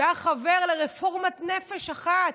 כשהיה חבר לרפורמת נפש אחת?